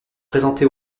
présenté